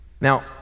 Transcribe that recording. Now